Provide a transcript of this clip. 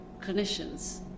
clinicians